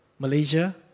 Malaysia